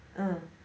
mm